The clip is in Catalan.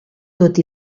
tot